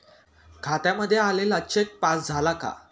खात्यामध्ये आलेला cheque pass झाला का?